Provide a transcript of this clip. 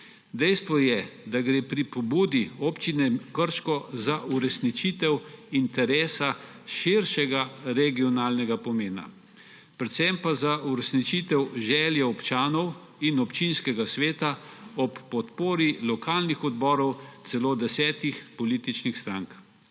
Dejstvo je, da gre pri pobudi Občine Krško za uresničitev interesa širšega regionalnega pomena, predvsem pa za uresničitev želje občanov in občinskega sveta ob podpori lokalnih odborov celo desetih političnih strank.